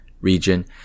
region